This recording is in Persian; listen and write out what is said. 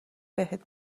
بهت